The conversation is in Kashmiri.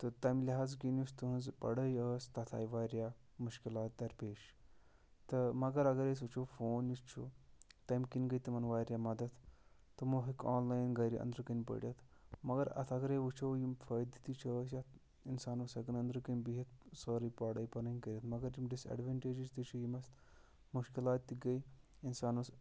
تہٕ تَمہِ لِحاظہٕ کِنۍ یُس تٕہٕنٛز پَڑٲے ٲس تَتھ آے واریاہ مُشکلات دَرپیش تہٕ مگر اَگر أسۍ وٕچھو فون یُس چھُ تَمۍ گٔے تِمَن واریاہ مَدتھ تِمو ہیوٚک آن لایِن گَرِ أنٛدرٕ کَنۍ پٔرِتھ مگر اَتھ اَگرَے وٕچھو یِم فٲیدٕ تہِ چھِ ٲسۍ اَتھ اِنسان اوس ہٮ۪کان أنٛدرٕ کَنۍ بِہِتھ سٲرٕے پَڑٲے پَنٕنۍ کٔرِتھ مگر یِم ڈِس اٮ۪ڈوٮ۪نٛٹیجِز تہِ چھِ یِم اَسہِ مُشکِلات تہِ گٔے اِنسان اوس